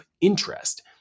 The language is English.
interest